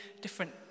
different